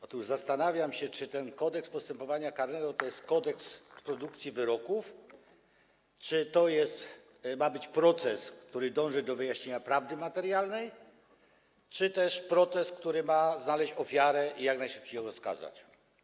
Otóż zastanawiam się, czy ten Kodeks postępowania karnego to jest kodeks produkcji wyroków, czy to ma być proces, który dąży do wyjaśnienia prawdy materialnej, czy też protest, który ma znaleźć ofiarę i jak najszybciej ją skazać.